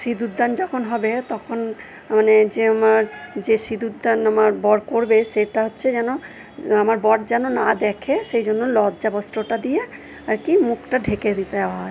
সিঁদুর দান যখন হবে তখন মানে যে আমার যে সিঁদুর দান আমার বর করবে সেটা হচ্ছে যেন আমার বর যেন না দেখে সেই জন্য লজ্জাবস্ত্রটা দিয়ে আর কি মুখটা ঢেকে দিতে হয়